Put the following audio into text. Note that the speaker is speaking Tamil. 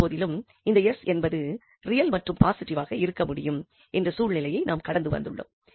இருந்தபோதிலும் இந்த 𝑠 என்பது ரியல் மற்றும் பாசிட்டிவாக இருக்கமுடியும் என்ற சூழ்நிலையை நாம் கடந்துவந்துள்ளோம்